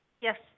Yes